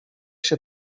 się